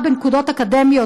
22 באוקטובר 2017,